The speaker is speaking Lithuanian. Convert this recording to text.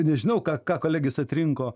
nežinau ką ką kolegės atrinko